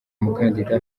umukandida